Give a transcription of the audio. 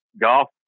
golf